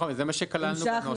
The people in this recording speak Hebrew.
נכון, זה מה שכללנו בנוסח.